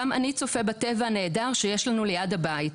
"גם אני צופה בטבע הנהדר שיש לנו ליד הבית,